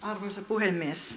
arvoisa puhemies